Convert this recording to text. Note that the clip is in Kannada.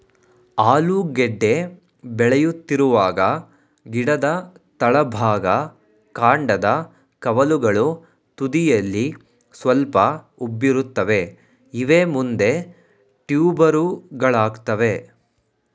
ಆಲೂಗೆಡ್ಡೆ ಬೆಳೆಯುತ್ತಿರುವಾಗ ಗಿಡದ ತಳಭಾಗ ಕಾಂಡದ ಕವಲುಗಳು ತುದಿಯಲ್ಲಿ ಸ್ವಲ್ಪ ಉಬ್ಬಿರುತ್ತವೆ ಇವೇ ಮುಂದೆ ಟ್ಯೂಬರುಗಳಾಗ್ತವೆ